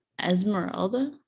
Esmeralda